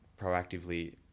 proactively –